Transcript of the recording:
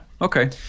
Okay